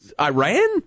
Iran